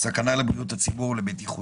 סכנה לבריאות הציבור ולבטיחותו.